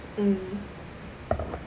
mm